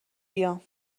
بیام